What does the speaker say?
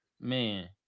Man